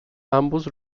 ambos